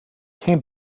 came